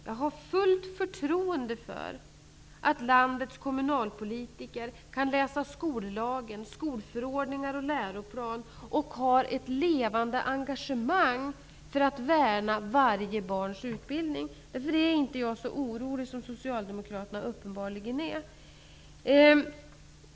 Jag har fullt förtroende för att landets kommunalpolitiker kan läsa skollagen, skolförordningar och läroplan och har ett levande engagemang för att värna varje barns utbildning. Därför är inte jag så orolig som Socialdemokraterna uppenbarligen är.